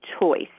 choice